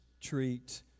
treat